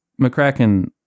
McCracken